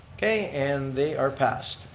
okay and they are passed.